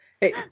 Hey